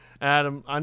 Adam